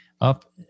up